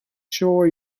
sure